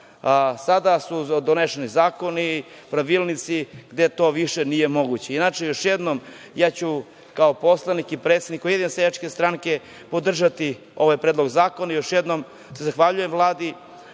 Sada su donešeni zakoni, pravilnici gde to više nije moguće. Inače, još jednom, ja ću kao poslanik i predsednik USS, podržati ovaj predlog zakona. Još jednom, zahvaljujem se Vladi